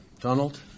Donald